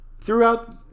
throughout